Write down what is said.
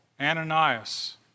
Ananias